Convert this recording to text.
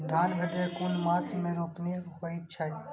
धान भदेय कुन मास में रोपनी होय छै?